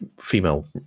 female